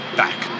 back